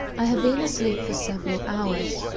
i had been asleep for several hours,